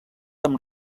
amb